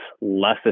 less